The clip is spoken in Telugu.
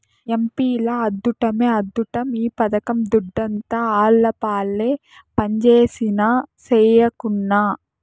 ఎంపీల అద్దుట్టమే అద్దుట్టం ఈ పథకం దుడ్డంతా ఆళ్లపాలే పంజేసినా, సెయ్యకున్నా